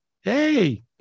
Hey